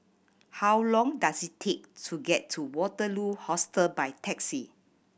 how long does it take to get to Waterloo Hostel by taxi